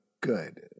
good